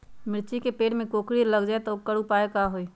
मिर्ची के पेड़ में कोकरी लग जाये त वोकर उपाय का होई?